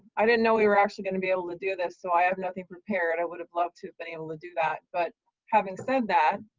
i didn't know we were actually going to be able to do this, so i have nothing prepared. i would have loved to but able to do that. but having said that,